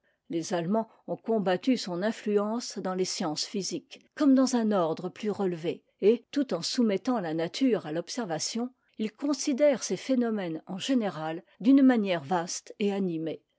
les allemands ont combattu son influence dans les sciences physiques comme dans un ordre plus relevé et tout en soumettant la nature àj'observation ils considèrent ses phénomènes en général d'une manière vaste et animée